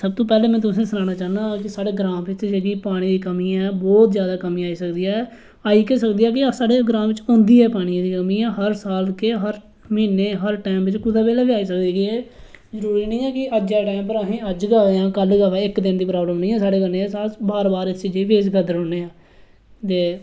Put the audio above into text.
सब तू पहले में तुसें ई सनाना चाहन्नां कि साढे ग्रां बिच्च जेहड़ीं पानी दी कमी ऐ बहुत ज्यादा कमी आई सकदी ऐ आई के सकदी है कि साढे ग्रां बिच्च ओंदी गै औंदी ऐ पानी दी कमी हर साल के हर महिने हर टाइम कुतै बेल्लै बी आई सकदी कि के जरुरी नेई ऐ के दे टाइम पर असें गी अज्ज गै अबे कल गै अबे इक दिन दी प्राब्लम नेई ऐ साढ़े कन्नै असें गी बार बार इस चीज गी फेस करना पौंदा ऐ जे